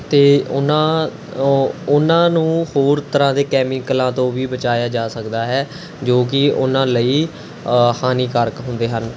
ਅਤੇ ਉਹਨਾਂ ਉਹ ਉਨ੍ਹਾਂ ਨੂੰ ਹੋਰ ਤਰ੍ਹਾਂ ਦੇ ਕੈਮੀਕਲਾਂ ਤੋਂ ਵੀ ਬਚਾਇਆ ਜਾ ਸਕਦਾ ਹੈ ਜੋ ਕਿ ਉਹਨਾਂ ਲਈ ਹਾਨੀਕਾਰਕ ਹੁੰਦੇ ਹਨ